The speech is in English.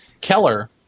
keller